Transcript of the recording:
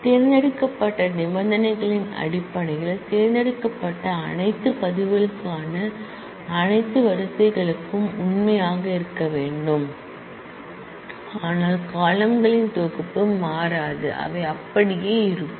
தேர்ந்தெடுக்கப்பட்ட கண்டிஷன் களின் அடிப்படையில் தேர்ந்தெடுக்கப்பட்ட அனைத்து ரெக்கார்ட் களுக்கான அனைத்து ரோகளுக்கும் உண்மையாக இருக்க வேண்டும் ஆனால் காலம்ன் களின் செட் மாறாது அவை அப்படியே இருக்கும்